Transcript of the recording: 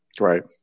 Right